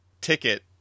ticket